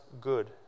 good